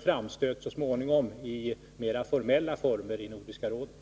framstöt så småningom i mera formella former i Nordiska ministerrådet.